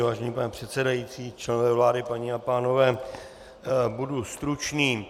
Vážený pane předsedající, členové vlády, paní a pánové, budu stručný.